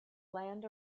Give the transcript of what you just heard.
land